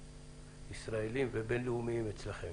גדולים ישראליים ובין-לאומיים אצלכם,